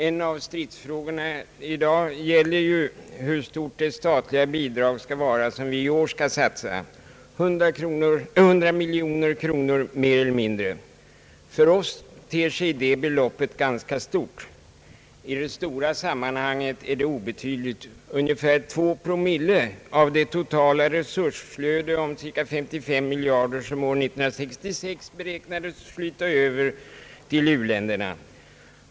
En av stridsfrågorna i dag gäller hur stort det statliga bidrag skall vara som vi i år skall satsa — 100 miljoner kronor mer eller mindre. För oss ter sig det beloppet ganska stort. I det stora sammanhanget är det obetydligt, ungefär 2 promille av det totala resursflöde om cirka 55 miljarder kronor, som år 1966 beräknas flyta över till u-länderna.